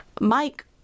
Mike